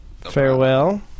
Farewell